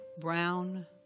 brown